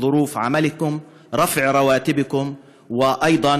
אנו עושים כמיטב יכולתנו לשיפור תנאי עבודתכם ולהעלאת שכרכם,